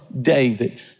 David